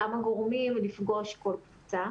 כמה גורמים לפגוש כל קבוצה,